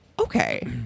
Okay